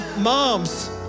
Moms